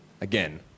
Again